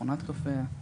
מכונת קפה,